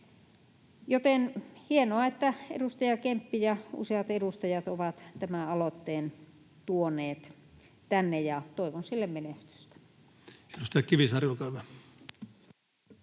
Joten hienoa, että edustaja Kemppi ja useat edustajat ovat tämän aloitteen tuoneet tänne, ja toivon sille menestystä. [Speech 138] Speaker: